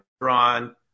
drawn